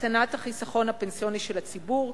הקטנת החיסכון הפנסיוני של הציבור,